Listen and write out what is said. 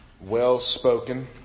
well-spoken